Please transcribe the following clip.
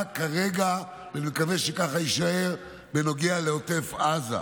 וכרגע, ואני מקווה שכך יישאר, רק בנוגע לעוטף עזה.